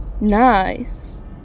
Nice